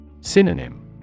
Synonym